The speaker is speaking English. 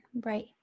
right